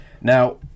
Now